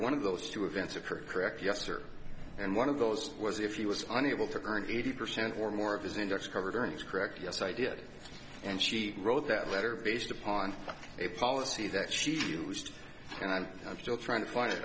one of those two events occurred correct yes or and one of those was if you was unable to earn eighty percent or more of his index covered earnings correct yes i did and she wrote that letter vision upon a policy that she used and i'm still trying to find